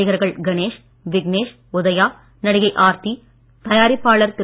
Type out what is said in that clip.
நடிகர்கள் கணேஷ் விக்னேஷ் உதயா நடிகை ஆர்த்தி தயாரிப்பாளர் திரு